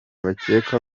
bakeka